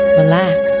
relax